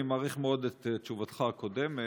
אני מעריך מאוד את תשובתך הקודמת.